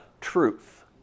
truth